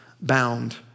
bound